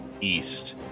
east